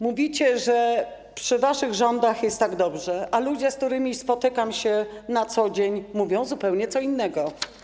Mówicie, że za waszych rządów jest tak dobrze, ale ludzie, z którymi się spotykam na co dzień, mówią zupełnie co innego.